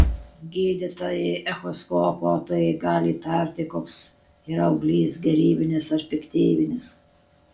gydytojai echoskopuotojai gali įtarti koks yra auglys gerybinis ar piktybinis